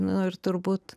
nu ir turbūt